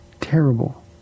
Terrible